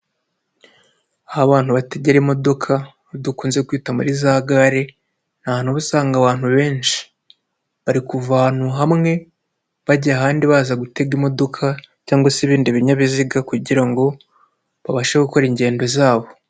Aho abantu bategera imodoka aho dukunze kwita muri za gare, ni ahantu uba usanga abantu benshi, bari kuva ahantu hamwe bajya ahandi baza gutega imodoka cyangwa se ibindi binyabiziga kugira ngo babashe gukora ingendo zabo.